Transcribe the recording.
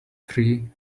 free